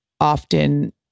often